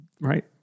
right